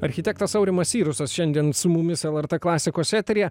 architektas aurimas sirusas šiandien su mumis lrt klasikos eteryje